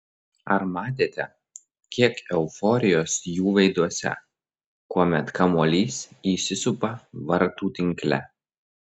ar matėte kiek euforijos jų veiduose kuomet kamuolys įsisupa vartų tinkle